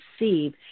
receive